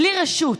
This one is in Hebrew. בלי רשות,